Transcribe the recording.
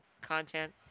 content